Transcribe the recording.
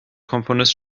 komponist